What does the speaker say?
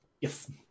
Yes